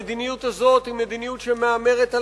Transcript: המדיניות הזאת היא מדיניות שמהמרת על